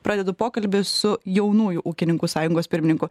pradedu pokalbį su jaunųjų ūkininkų sąjungos pirmininku